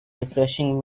refreshing